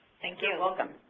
thank you. you're welcome.